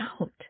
out